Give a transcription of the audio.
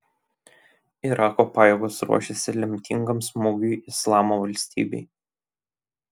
irako pajėgos ruošiasi lemtingam smūgiui islamo valstybei